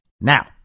Now